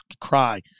cry